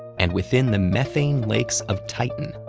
and within the methane lakes of titan,